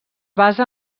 basa